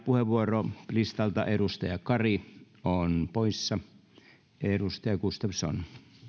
puheenvuorolistalta edustaja kari on poissa edustaja gustafsson